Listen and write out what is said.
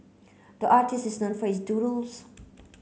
the artist is for its doodles